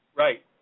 Right